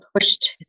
pushed